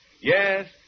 Yes